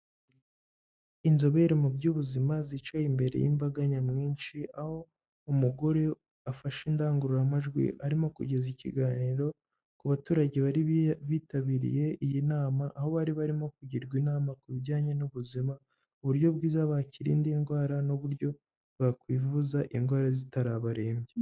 Inzobere mu by'ubuzima zicaye imbere y'imbaga nyamwinshi, aho umugore afashe indangururamajwi arimo kugeza ikiganiro ku baturage bari bitabiriye iyi nama, aho bari barimo kugirwa inama ku bijyanye n'ubuzima, uburyo bwiza bakiri indwara n'uburyo bakwivuza indwara zitarabarembya.